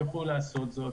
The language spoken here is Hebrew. יוכלו לעשות את זה.